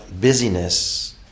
busyness